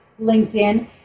LinkedIn